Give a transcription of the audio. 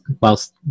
whilst